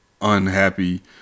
unhappy